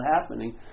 happening